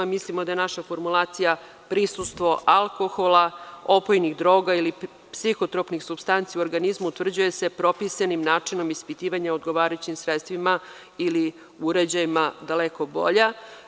Mislimo da je naša formulacija: „Prisustvo alkohola, opojnih droga ili psihotropnih supstanici u organizmu utvrđuje se propisanim načinom ispitivanja odgovarajućim sredstvima ili uređajima“ daleko bolja.